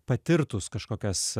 patirtus kažkokias